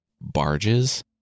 barges